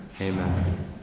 Amen